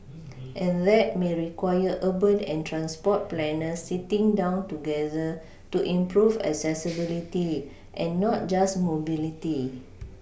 and that may require urban and transport planners sitting down together to improve accessibility and not just mobility